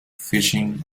fishing